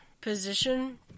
position